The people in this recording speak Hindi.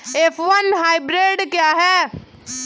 एफ वन हाइब्रिड क्या है?